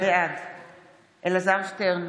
בעד אלעזר שטרן,